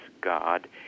God